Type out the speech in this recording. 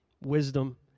wisdom